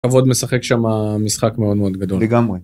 כבוד משחק שם משחק מאוד מאוד גדול לגמרי